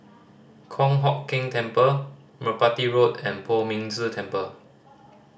Kong Hock Keng Temple Merpati Road and Poh Ming Tse Temple